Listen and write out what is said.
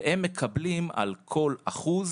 והם מקבלים על כל אחוז